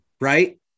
right